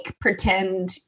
pretend